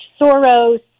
Soros